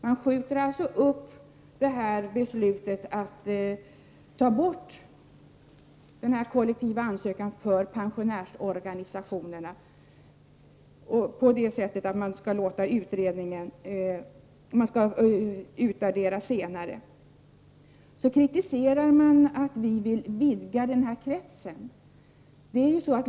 Man skjuter således upp beslutet att ta bort kollektivansökan för pensionärsorganisationerna, på så sätt att man skall utvärdera senare. Man kritiserar att vi vill vidga kretsen.